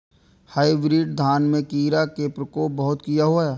Hybrid धान में कीरा के प्रकोप बहुत किया होया?